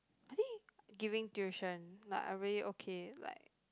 I think giving tuition like I really okay like